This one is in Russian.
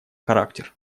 характер